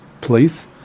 place